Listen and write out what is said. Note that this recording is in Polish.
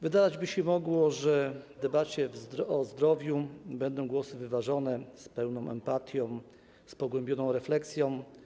Wydawać by się mogło, że w debacie o zdrowiu będą głosy wyważone, pełne empatii, z pogłębioną refleksją.